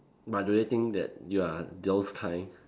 but do you think that you are those kind